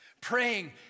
Praying